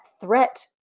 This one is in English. threat